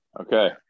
Okay